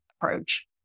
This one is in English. approach